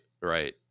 Right